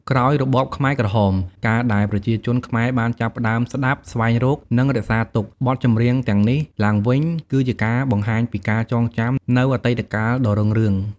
ក្រោយរបបខ្មែរក្រហម ការដែលប្រជាជនខ្មែរបានចាប់ផ្ដើម ស្តាប់ ស្វែងរក និង រក្សាទុក បទចម្រៀងទាំងនេះឡើងវិញ គឺជាការបង្ហាញពី ការចងចាំ នូវអតីតកាលដ៏រុងរឿង។